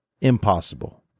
Impossible